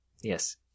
Yes